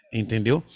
entendeu